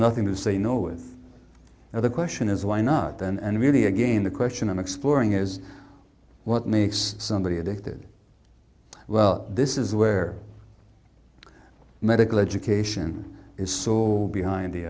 nothing to say no with now the question is why not then and really again the question i'm exploring is what makes somebody addicted well this is where medical education is saw behind the